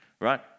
right